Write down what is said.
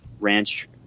ranch